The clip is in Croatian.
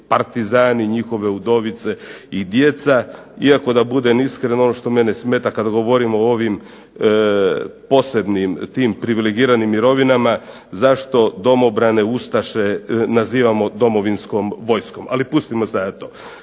partizani, njihove udovice i djeca. Iako, da budem iskren, ono što mene smeta kad govorimo o ovim posebnim tim privilegiranim mirovinama, zašto domobrane, ustaše nazivamo Domovinskom vojskom? Ali pustimo sada to.